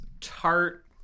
tart